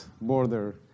border